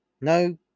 No